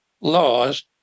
laws